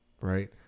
right